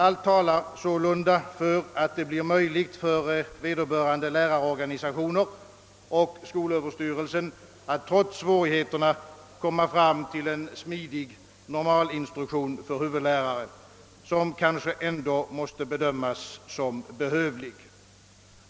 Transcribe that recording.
Allt talar således för att det blir möjligt för vederbörande lärarorganisationer och skolöverstyrelsen att trots svårigheterna åstadkomma en smidig normalinstruktion för huvudlärare, och en sådan måste ändå bedömas som behövlig.